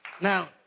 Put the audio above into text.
Now